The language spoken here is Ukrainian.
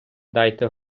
дайте